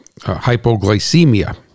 hypoglycemia